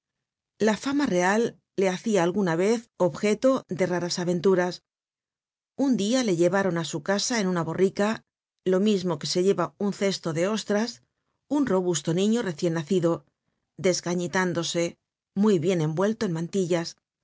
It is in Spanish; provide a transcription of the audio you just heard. la fama real le hacia alguna vez objeto de raras aventuras un dia le llevaron á su casa en una borrica lo mismo que se lleva un cesto de ostras un robusto niño recien nacido desgañitándose muy bien envuelto en mantillas